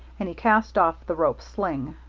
and he cast off the rope sling.